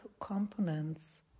components